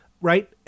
right